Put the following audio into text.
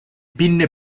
pinne